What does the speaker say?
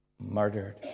murdered